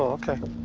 ok.